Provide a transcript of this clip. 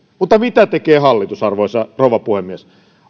mutta mitä tekee hallitus arvoisa rouva puhemies